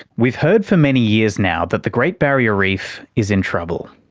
we've heard for many years now that the great barrier reef is in trouble.